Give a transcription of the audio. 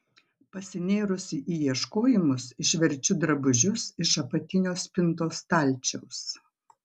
pasinėrusi į ieškojimus išverčiu drabužius iš apatinio spintos stalčiaus